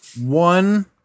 one